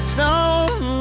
Stone